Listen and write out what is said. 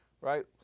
right